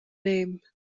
name